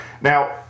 Now